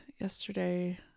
yesterday